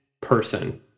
person